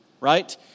right